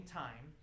time